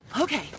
Okay